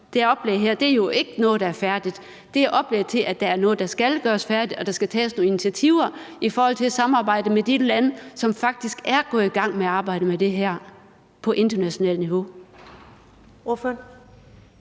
her oplæg er jo ikke noget, der er færdigt, det er et oplæg til, at der er noget, der skal gøres færdigt, og at der skal tages nogle initiativer i forhold til at samarbejde med de lande, som faktisk er gået i gang med at arbejde med det her på internationalt niveau.